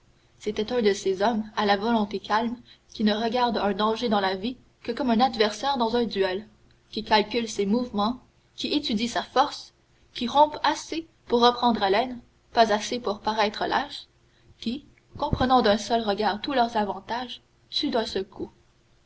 c'était un de ces hommes à la volonté calme qui ne regardent un danger dans la vie que comme un adversaire dans un duel qui calculent ses mouvements qui étudient sa force qui rompent assez pour reprendre haleine pas assez pour paraître lâches qui comprenant d'un seul regard tous leurs avantages tuent d'un seul coup